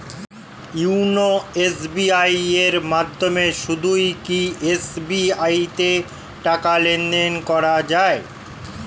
YONO SBI এর মাধ্যমে শুধুই কি এস.বি.আই তে টাকা লেনদেন করা যায়?